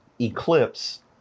eclipse